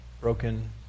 broken